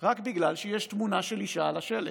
רק בגלל שיש תמונה של אישה על השלט,